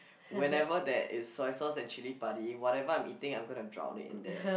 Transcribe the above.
whenever there is soy sauce and chilli padi whatever I'm eating I'm gonna drown it in that